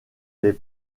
les